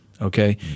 okay